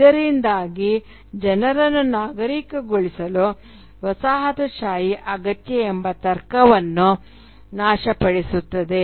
ಇದರಿಂದಾಗಿ ಜನರನ್ನು ನಾಗರಿಕಗೊಳಿಸಲು ವಸಾಹತುಶಾಹಿ ಅಗತ್ಯ ಎಂಬ ತರ್ಕವನ್ನು ನಾಶಪಡಿಸುತ್ತದೆ